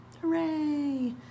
Hooray